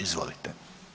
Izvolite.